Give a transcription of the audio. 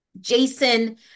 Jason